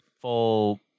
full